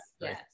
Yes